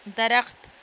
درخت